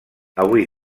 avui